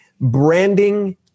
Branding